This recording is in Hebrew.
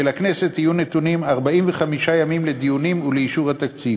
ולכנסת יהיו נתונים 45 ימים לדיונים ולאישור התקציב.